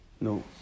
No